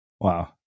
Wow